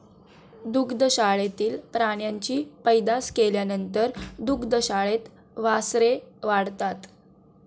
दुग्धशाळेतील प्राण्यांची पैदास केल्यानंतर दुग्धशाळेत वासरे वाढतात